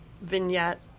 vignette